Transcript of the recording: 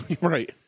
Right